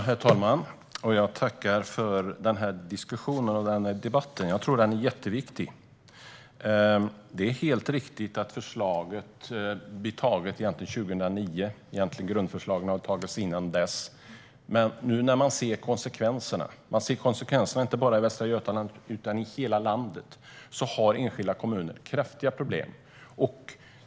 Herr talman! Jag tackar för den här debatten. Den är jätteviktig. Det är helt riktigt att förslaget antogs 2009, och innan dess antogs grundförslagen. Nu ser man konsekvenserna, inte bara i Västra Götaland utan i hela landet. Enskilda kommuner har stora problem.